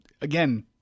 again